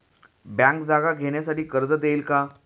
Bank जागा घेण्यासाठी कर्ज देईल का?